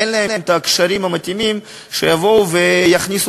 אין להם הקשרים המתאימים שיבואו ויכניסו